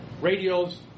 radios